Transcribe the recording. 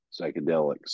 psychedelics